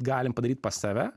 galim padaryt pas save